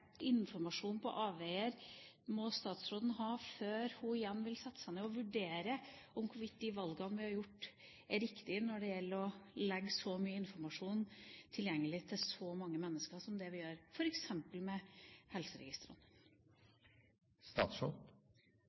informasjon på avveier må statsråden ha før hun igjen vil sette seg ned og vurdere om hvorvidt de valgene vi har gjort, er riktige når det gjelder å legge ut så mye informasjon tilgjengelig for så mange mennesker som vi gjør, f.eks. i forbindelse med helseregistrene?